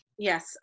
Yes